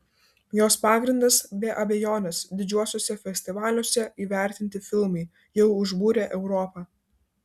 jos pagrindas be abejonės didžiuosiuose festivaliuose įvertinti filmai jau užbūrę europą